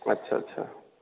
अच्छा अच्छा